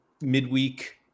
midweek